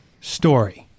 story